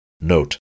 Note